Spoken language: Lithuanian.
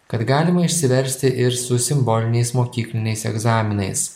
kad galima išsiversti ir su simboliniais mokykliniais egzaminais